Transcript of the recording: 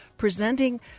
presenting